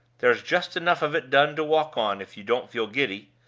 there's just enough of it done to walk on, if you don't feel giddy.